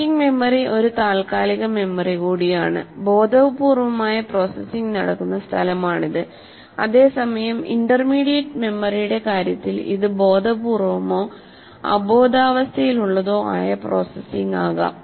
working memory ഒരു താൽക്കാലിക memory കൂടിയാണ് ബോധപൂർവമായ പ്രോസസ്സിംഗ് നടക്കുന്ന സ്ഥലമാണിത് അതേസമയം ഇന്റർമീഡിയറ്റ് മെമ്മറിയുടെ കാര്യത്തിൽ ഇത് ബോധപൂർവമോ അബോധാവസ്ഥയിലുള്ളതോ ആയ പ്രോസസ്സിംഗ് ആകാം